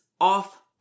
off